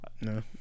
No